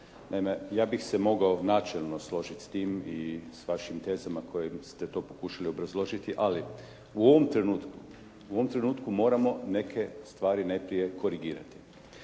ja bih se mogao načelno složiti s tim i s vašim tezama koje ste to pokušali obrazložiti. Ali u ovom trenutku, u ovom trenutku moramo neke stvari najprije korigirati.